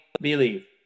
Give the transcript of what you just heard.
believe